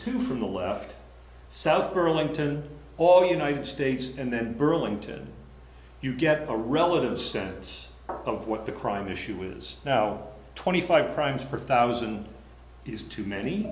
two from the south burlington or united states and then burlington you get a relative sense of what the crime issue is now twenty five crimes per thousand is too many